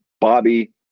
Bobby